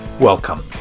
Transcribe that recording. Welcome